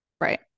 right